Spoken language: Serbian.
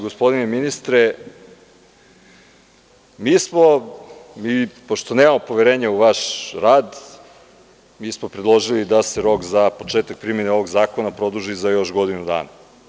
Gospodine ministre, mi smo, i pošto nemamo poverenja u vaš rad, mi smo predložili da se rok za početak primene ovog zakona produži za još godinu dana.